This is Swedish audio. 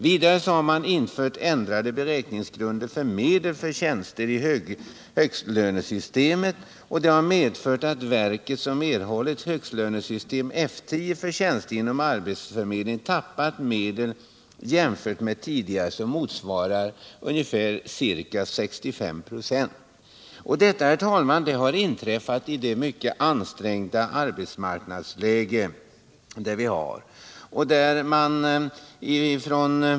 Vidare har man infört en ändring av grunderna för beräkning av medel för tjänster i högstlönesystemet, vilket medfört att verket som erhållit ett högstlönesystem F10 för tjänster inom arbetsförmedlingen tappat medel jämfört med tidigare motsvarande lönen för ca 65 personer. Detta, herr talman, har inträffat i det mycket ansträngda arbetsmarknadsläge som vi f. n. har.